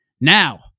Now